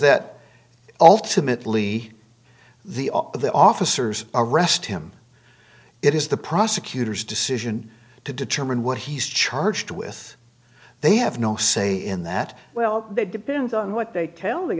that ultimately the all of the officers arrest him it is the prosecutor's decision to determine what he's charged with they have no say in that well that depends on what they tell the